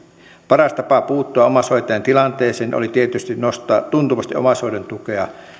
paras tapa puuttua omaishoitajien tilanteeseen olisi tietysti nostaa tuntuvasti omaishoidon tukea